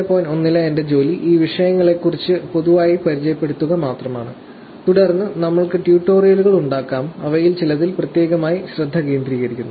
1 ലെ എന്റെ ജോലി ഈ വിഷയങ്ങളെക്കുറിച്ച് പൊതുവായി പരിചയപ്പെടുത്തുക മാത്രമാണ് തുടർന്ന് നമ്മൾ ക്ക് ട്യൂട്ടോറിയലുകൾ ഉണ്ടാകും അവയിൽ ചിലതിൽ പ്രത്യേകമായി ശ്രദ്ധ കേന്ദ്രീകരിക്കുന്നു